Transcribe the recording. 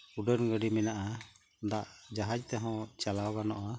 ᱩᱰᱟᱹᱱ ᱜᱟᱹᱰᱤ ᱢᱮᱱᱟᱜᱼᱟ ᱫᱟᱜ ᱡᱟᱦᱟᱡ ᱛᱮᱦᱚᱸ ᱪᱟᱞᱟᱣ ᱜᱟᱱᱚᱜᱼᱟ